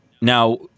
now